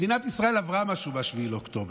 מדינת ישראל עברה משהו ב-7 באוקטובר.